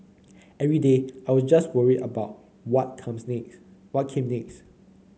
every day I was just worried about what comes next what came next